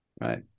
Right